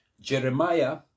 Jeremiah